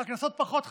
הקנסות פחות חשובים.